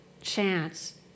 chance